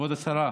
כבוד השרה,